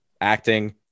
Acting